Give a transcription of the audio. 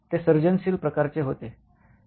ते सर्जनशील प्रकारचे होते